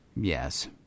yes